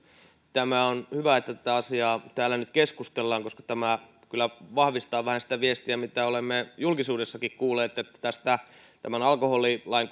on hyvä että tästä asiasta täällä nyt keskustellaan koska tämä kyllä vahvistaa vähän sitä viestiä mitä olemme julkisuudessakin kuulleet siitä miten tämän alkoholilain